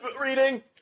Reading